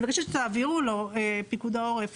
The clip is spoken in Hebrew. אנחנו כתבנו רגולציה מחמירה לנושא